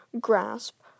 grasp